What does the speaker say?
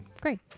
great